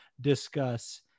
discuss